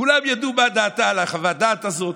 כולם ידעו מה דעתה על חוות הדעת הזאת,